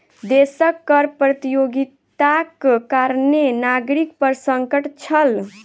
देशक कर प्रतियोगिताक कारणें नागरिक पर संकट छल